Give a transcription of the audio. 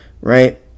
Right